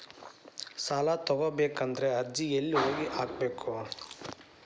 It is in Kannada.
ಸಾಲ ತಗೋಬೇಕಾದ್ರೆ ಅರ್ಜಿ ಎಲ್ಲಿ ಹೋಗಿ ಹಾಕಬೇಕು?